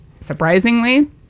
Surprisingly